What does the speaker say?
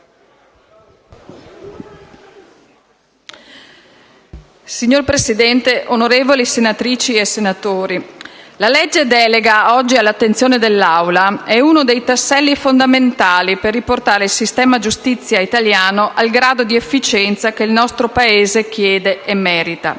Signor Presidente, onorevoli senatrici e senatori, la legge delega oggi all'attenzione dell'Aula è uno dei tasselli fondamentali per riportare il sistema di giustizia italiano al grado di efficienza che il nostro Paese chiede e merita.